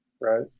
Right